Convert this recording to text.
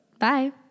Bye